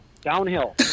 Downhill